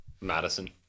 Madison